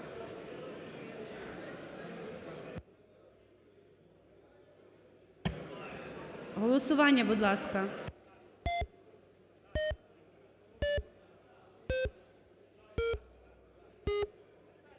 Голосування, будь ласка.